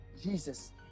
Jesus